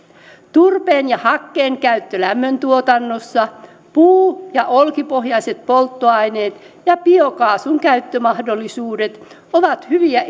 turpeen ja hakkeen käyttö lämmöntuotannossa puu ja olkipohjaiset polttoaineet ja biokaasun käyttömahdollisuudet ovat hyviä